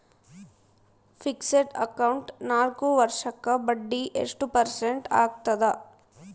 Fixed account ನಾಲ್ಕು ವರ್ಷಕ್ಕ ಬಡ್ಡಿ ಎಷ್ಟು ಪರ್ಸೆಂಟ್ ಆಗ್ತದ?